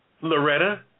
Loretta